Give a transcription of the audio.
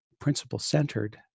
principle-centered